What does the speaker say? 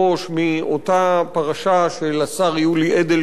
מאותה פרשה של השר יולי אדלשטיין,